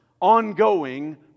ongoing